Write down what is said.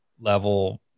level